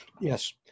Yes